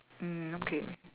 mm okay